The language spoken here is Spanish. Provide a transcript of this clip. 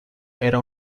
era